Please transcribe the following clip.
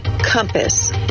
Compass